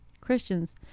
Christians